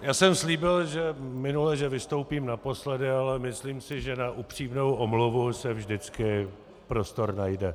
Já jsem slíbil minule, že vystoupím naposledy, ale myslím, si, že na upřímnou omluvu se vždycky prostor najde.